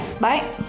Bye